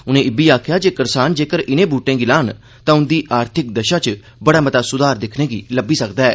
उनें आक्खेआ जे करसान जेक्कर इनें बुहटें गी लान तां उंदी आर्थिक दषा च बड़ा सुधार दिक्खने गी लब्बी सकदा ऐ